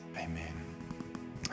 Amen